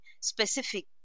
specific